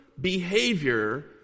behavior